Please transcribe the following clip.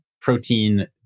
protein